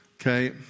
Okay